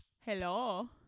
Hello